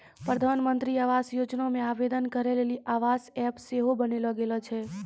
प्रधानमन्त्री आवास योजना मे आवेदन करै लेली आवास ऐप सेहो बनैलो गेलो छै